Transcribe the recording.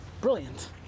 brilliant